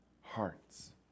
hearts